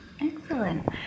Excellent